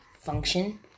function